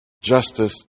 Justice